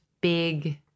big